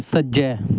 सज्जै